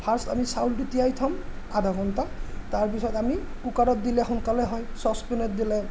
first আমি চাউলটো তিয়াই থ'ম আধা ঘণ্টা তাৰপিছত আমি কুকাৰত দিলে সোনকালে হয় চছপেনত দিলে